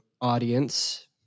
audience